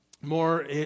more